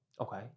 Okay